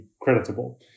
creditable